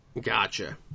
gotcha